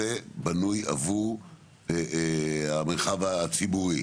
זה בנוי עבור המרחב הציבורי.